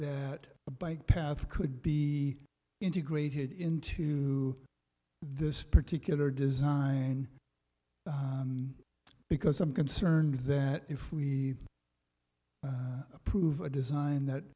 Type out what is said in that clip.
that a bike path could be integrated into this particular design because i'm concerned that if we approve a design that